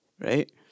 right